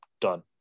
done